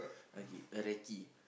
okay recce